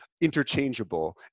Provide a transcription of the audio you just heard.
interchangeable